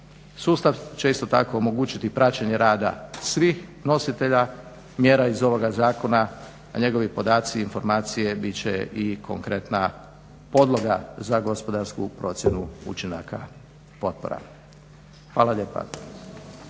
Sustav će isto tako omogućiti praćenje rada svih nositelja mjera iz ovoga zakona, a njegovi podaci i informacije bit će i konkretna podloga za gospodarsku procjenu učinaka potpora. Hvala lijepa.